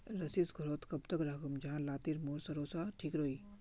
सरिस घोरोत कब तक राखुम जाहा लात्तिर मोर सरोसा ठिक रुई?